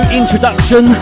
introduction